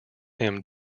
him